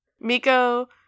Miko